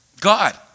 God